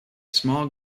small